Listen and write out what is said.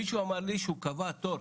מישהו אמר לי שהוא קבע תור,